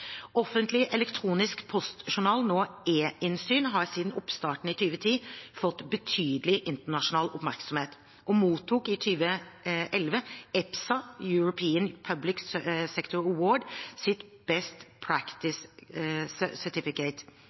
Offentlig elektronisk postjournal, nå eInnsyn, har siden oppstarten i 2010 fått betydelig internasjonal oppmerksomhet og mottok i 2011 EPSA, European Public Sector Award, sitt Best